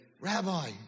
Rabbi